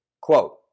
Quote